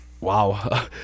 Wow